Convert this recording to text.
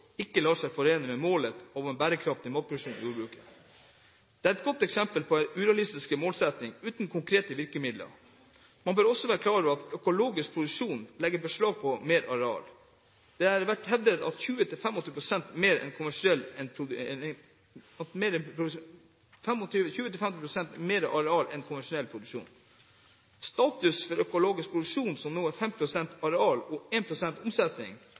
ikke lar seg forene med målet om en bærekraftig matproduksjon i jordbruket. Dette er et godt eksempel på urealistiske målsettinger uten konkrete virkemidler. Man bør også være klar over at økologisk produksjon legger beslag på mer areal – det har vært hevdet 20–25 pst. mer areal enn ved konvensjonell produksjon. Status for økologisk produksjon er nå 5 pst. areal og 1 pst. omsetning,